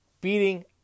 Beating